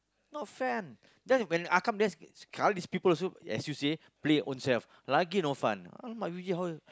not fan then when I come there's sekali these people also excuse me play ownself lagi no fun !alamak! imagine how